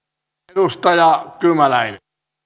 edustaja kymäläinen ja